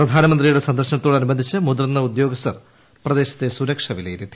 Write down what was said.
പ്രധാനമന്ത്രിയുടെ സന്ദർശനത്തോടനുബന്ധിച്ച് മുതിർന്ന ഉദ്യോഗസ്ഥർ പ്രദേശത്തെ സുരക്ഷ വിലയിരുത്തി